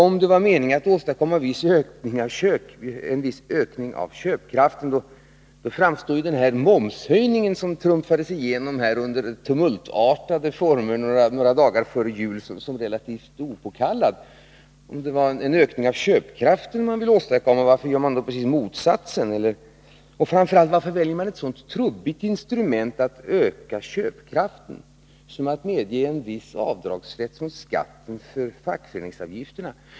Om det var meningen att 15 åstadkomma en viss ökning av köpkraften framstår momshöjningen, som trumfades igenom under tumultartade former några dagar före jul, som relativt opåkallad. Om det var en ökning av köpkraften man vill åstadkomma, varför minskade man den då genom momshöjningen? Och framför allt: Varför väljer man ett så trubbigt instrument för att öka köpkraften som att medge en viss avdragsrätt från skatten för fackföreningsavgifterna?